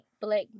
black